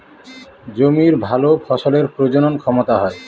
জমির ভালো ফসলের প্রজনন ক্ষমতা হয়